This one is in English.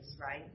right